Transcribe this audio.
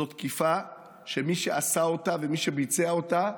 זו תקיפה שמי שעשה אותה ומי שביצע אותה